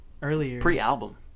pre-album